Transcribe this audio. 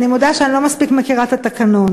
אני מודה שאני לא מספיק מכירה את התקנון.